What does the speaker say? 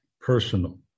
Personal